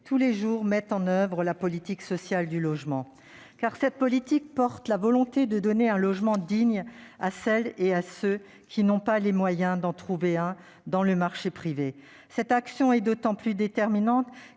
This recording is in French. tous les jours, mettent en oeuvre la politique sociale du logement. Cette politique incarne la volonté de donner un logement digne à celles et ceux qui n'ont pas les moyens d'en trouver un sur le marché privé. Cette action est d'autant plus déterminante